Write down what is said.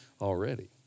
already